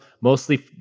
mostly